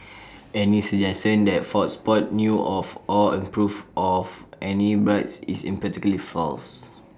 any suggestion that fox sports knew of or approved of any bribes is emphatically false